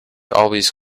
always